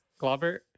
Globert